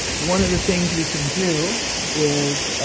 one of the things we can do is,